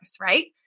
right